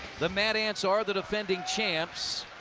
the mad ants are the defending champs,